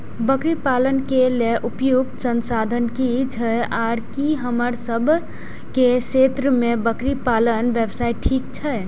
बकरी पालन के लेल उपयुक्त संसाधन की छै आर की हमर सब के क्षेत्र में बकरी पालन व्यवसाय ठीक छै?